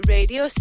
Radio